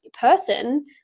person